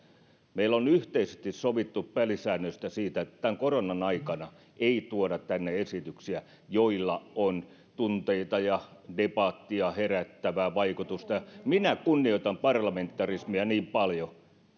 meillä on yhteisesti sovittu pelisäännöistä että tämän koronan aikana ei tuoda tänne esityksiä joilla on tunteita ja debattia herättävää vaikutusta ja minä kunnioitan parlamentarismia niin paljon